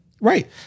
right